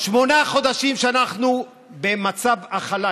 שמונה חודשים שאנחנו במצב הכלה.